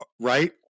right